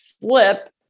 flip